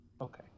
Okay